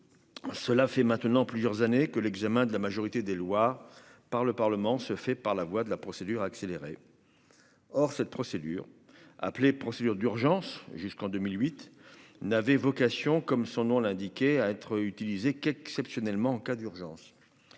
cela fait maintenant plusieurs années que l'examen de la majorité des lois par le Parlement se fait par la voix de la procédure accélérée, or cette procédure appelée procédure d'urgence jusqu'en 2008 n'avait vocation, comme son nom l'indiquer à être utilisé qu'exceptionnellement, en cas d'urgence,